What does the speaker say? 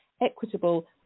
equitable